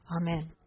Amen